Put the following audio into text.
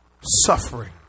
suffering